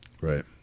right